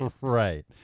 Right